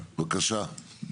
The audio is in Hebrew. בבקשה.